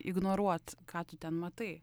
ignoruot ką tu ten matai